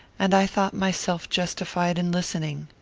and i thought myself justified in listening.